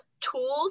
tools